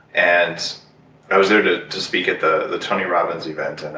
and i was there to to speak at the the tony robbins event. and